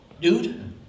dude